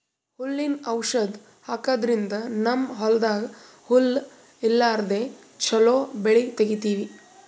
ಹುಲ್ಲಿನ್ ಔಷಧ್ ಹಾಕದ್ರಿಂದ್ ನಮ್ಮ್ ಹೊಲ್ದಾಗ್ ಹುಲ್ಲ್ ಇರ್ಲಾರ್ದೆ ಚೊಲೋ ಬೆಳಿ ತೆಗೀತೀವಿ